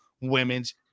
women's